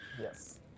Yes